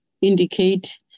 indicate